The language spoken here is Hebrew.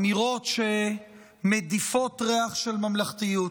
אמירות שמדיפות ריח של ממלכתיות,